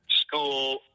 school